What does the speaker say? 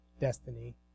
destiny